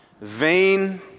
vain